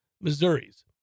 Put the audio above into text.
Missouri's